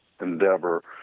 endeavor